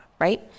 Right